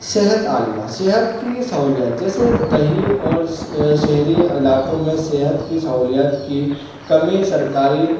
صحت عاملہ صحت کی سہولیات جیسے دہی اور شہری علاقوں میں صحت کی سہولیات کی کمی سرکاری